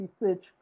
research